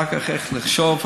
אחר כך איך לחשוב,